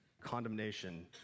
condemnation